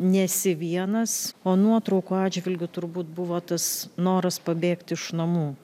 nesi vienas o nuotraukų atžvilgiu turbūt buvo tas noras pabėgt iš namų